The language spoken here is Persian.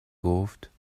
گفتخوب